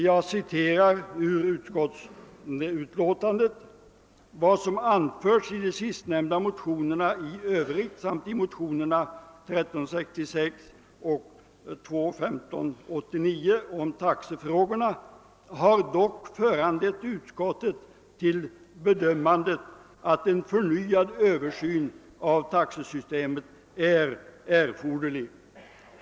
Jag citerar ur utskottsutlåtandet: »Vad som anförts i de sistnämnda motionerna i övrigt samt i motionerna 1: 1366 och 11:1589 om taxefrågorna har dock föranlett utskottet till bedömandet att en förnyad översyn av taxesystemet är erforderlig.